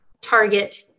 target